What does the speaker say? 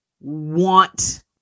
want